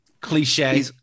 cliche